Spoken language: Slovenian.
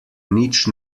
nič